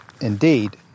indeed